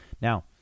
Now